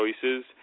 choices